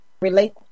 relate